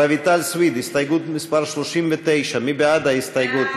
רויטל סויד, הסתייגות מס' 39, מי בעד ההסתייגות?